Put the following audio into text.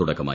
തുടക്കമായി